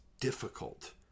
difficult